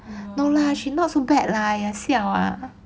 no lah she not so bad lah siao ah